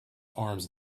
arms